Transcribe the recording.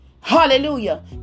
hallelujah